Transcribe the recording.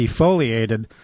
defoliated